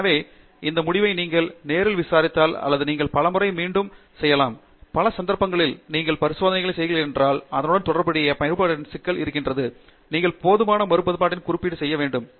எனவே இந்த முடிவை நீங்கள் நேரில் விசாரித்தால் அல்லது நீங்கள் பலமுறை மீண்டும் மீண்டும் செய்யலாம் பல சந்தர்ப்பங்களில் நீங்கள் பரிசோதனைகள் செய்கிறீர்கள் என்றால் அதனுடன் தொடர்புடைய மறுபயன்பாட்டின் சிக்கல் இருக்கிறது நீங்கள் போதுமான மறுபயன்பாட்டு பகுப்பாய்வு செய்ய வேண்டும்